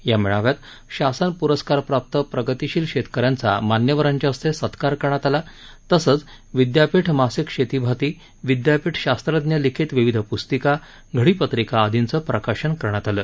या मेळाव्यात शासन प्रस्कार प्राप्त प्रगतीशील शेतकऱ्यांचा मान्यवरांच्या हस्ते सत्कार करण्यात आला तसंच विदयापीठ मासिक शेतीभाती विदयापीठ शास्त्रज्ञ लिखित विविध पृस्तिका घडीपत्रिका आदींचं प्रकाशन करण्यात आलं